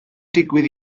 digwydd